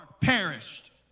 perished